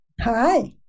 Hi